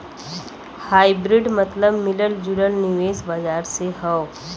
hybrid मतबल मिलल जुलल निवेश बाजार से हौ